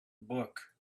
book